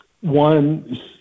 one